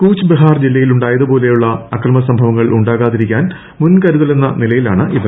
കൂച്ച് ബെഹാർ ജില്ലയിലുണ്ടായത് പോലുള്ള അക്രമസംഭവങ്ങൾ ഉണ്ടാകാതിരിക്കാൻ മുൻകരുതലെന്ന നിലയിലാണിത്